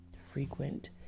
frequent